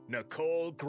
Nicole